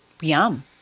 Yum